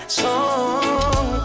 song